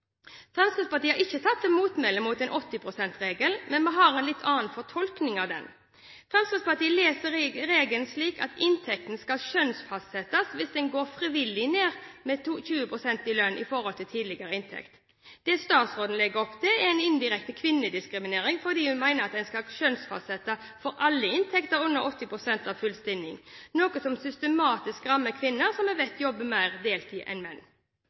Fremskrittspartiet har ikke tatt til motmæle mot 80 pst.-regelen, men vi har en litt annen fortolkning av den. Fremskrittspartiet leser regelen slik at inntekten skal skjønnsfastsettes hvis en frivillig går ned i lønn mer enn 20 pst. i forhold til tidligere inntekt. Det statsråden legger opp til, er indirekte kvinnediskriminering, fordi hun mener at en kan skjønnsfastsette for alle inntekter under 80 pst. av full stilling, noe som systematisk rammer kvinner, som vi vet jobber mer deltid enn menn.